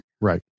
Right